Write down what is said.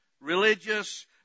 religious